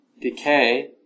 Decay